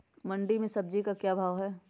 मंडी में सब्जी का क्या भाव हैँ?